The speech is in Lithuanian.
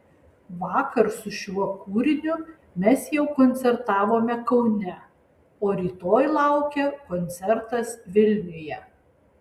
vakar su šiuo kūriniu mes jau koncertavome kaune o rytoj laukia koncertas vilniuje